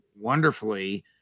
wonderfully